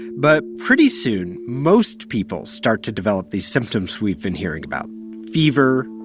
but pretty soon, most people start to develop these symptoms we've been hearing about fever,